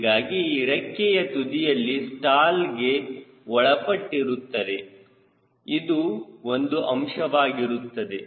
ಹೀಗಾಗಿ ರೆಕ್ಕೆಯ ತುದಿಯಲ್ಲಿ ಸ್ಟಾಲ್ಗೆ ಒಳಪಟ್ಟಿರುತ್ತದೆ ಇದು ಒಂದು ಅಂಶವಾಗಿರುತ್ತದೆ